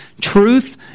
truth